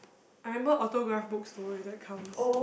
I remember autograph books though if that counts